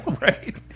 Right